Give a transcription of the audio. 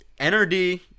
NRD